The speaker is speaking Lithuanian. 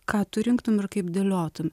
ką tu rinktum ir kaip dėliotum